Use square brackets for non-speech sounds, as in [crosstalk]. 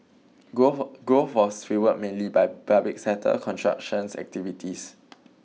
[unintelligible] growth was [unintelligible] mainly by public sector constructions activities